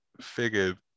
figured